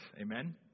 Amen